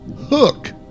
Hook